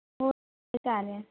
हो ठीक आहे चालेल